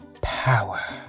Power